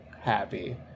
happy